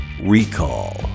Recall